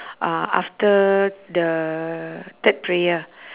uh after the third prayer